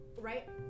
Right